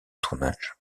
tournage